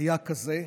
היה כזה,